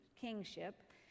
kingship